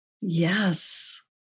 Yes